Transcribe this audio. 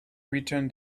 returned